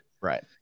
Right